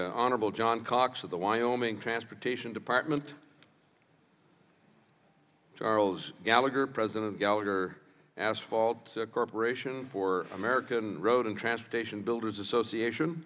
the honorable john cox of the wyoming transportation department charles gallagher president gallagher asphalt corporation for american road and transportation builders association